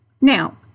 Now